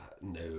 No